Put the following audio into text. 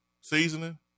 seasoning